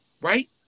Right